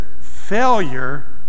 failure